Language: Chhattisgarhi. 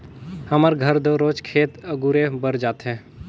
हमर घर तो रोज खेत अगुरे बर जाथे